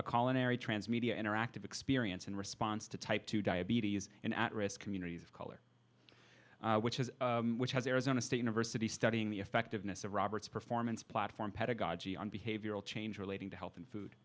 a call an airy transmedia interactive experience in response to type two diabetes in at risk communities of color which is which has arizona state university studying the effectiveness of robert's performance platform pedagogy on behavioral change relating to health and food